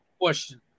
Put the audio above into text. Question